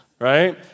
right